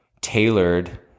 tailored